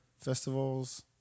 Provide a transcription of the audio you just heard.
festivals